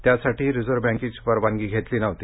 त्यासाठी रिझर्व बँकेची परवानगी घेतली नव्हती